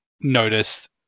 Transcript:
noticed